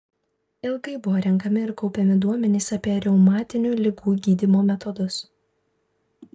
ilgai buvo renkami ir kaupiami duomenys apie reumatinių ligų gydymo metodus